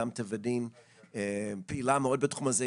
'אדם טבע ודין' פעילה מאוד בתחום הזה,